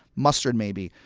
mustard, maybe,